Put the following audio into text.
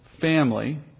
family